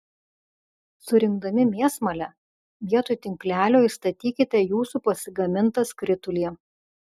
surinkdami mėsmalę vietoj tinklelio įstatykite jūsų pasigamintą skritulį